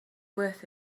worth